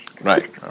Right